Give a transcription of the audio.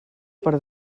per